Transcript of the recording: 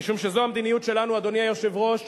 משום שזו המדיניות שלנו, אדוני היושב-ראש,